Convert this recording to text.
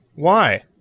why?